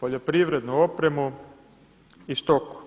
poljoprivrednu opremu i stoku.